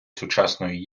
сучасної